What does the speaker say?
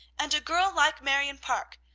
and a girl like marion parke.